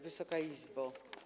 Wysoka Izbo!